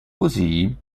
così